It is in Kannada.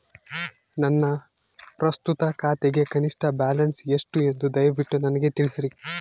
ನನ್ನ ಪ್ರಸ್ತುತ ಖಾತೆಗೆ ಕನಿಷ್ಠ ಬ್ಯಾಲೆನ್ಸ್ ಎಷ್ಟು ಎಂದು ದಯವಿಟ್ಟು ನನಗೆ ತಿಳಿಸ್ರಿ